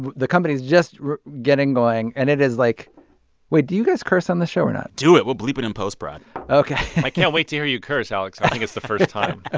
the company's just getting going. and it is, like wait. do you guys curse on this show, or not? do it. we'll bleep it in post-prod ok i can't wait to hear you curse, alex. i think it's the first time